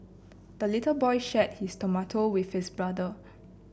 the little boy shared his tomato with his brother